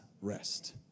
rest